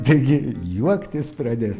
tai jie juoktis pradės